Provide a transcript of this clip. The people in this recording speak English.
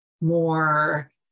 more